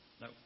No